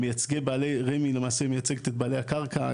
רמ״י למעשה מייצגת את בעלי הקרקע,